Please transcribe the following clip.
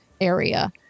area